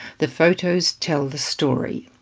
the photos tell the story.